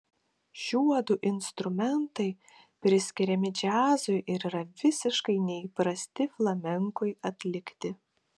šiuodu instrumentai priskiriami džiazui ir yra visiškai neįprasti flamenkui atlikti